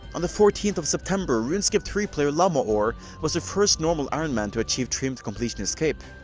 on the fourteenth of september, runescape three player llama ore was the first normal ironman to achieve trimmed completionist cape.